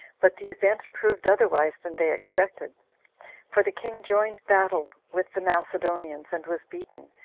but the event proved otherwise than they expected for the king joined battle with the macedonians, and was beaten,